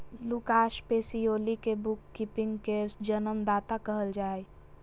Lucas Pacioli के bookkeeping के जन्मदाता कहल जा हइ